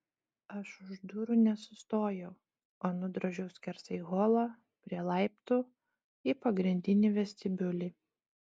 aš už durų nesustojau o nudrožiau skersai holą prie laiptų į pagrindinį vestibiulį